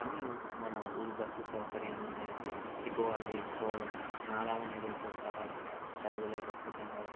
అని మన ఊరి బస్సు సౌకర్యం అనేది ఎక్కువుగా లేకపోవడం నాలాగనే రేపుటి తరాలు కూడా చదువు లేకపోతున్నారు